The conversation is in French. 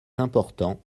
important